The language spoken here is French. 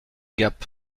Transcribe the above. gap